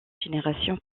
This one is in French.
générations